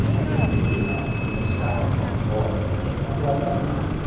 i get an email from this guy called lloyd who i never met.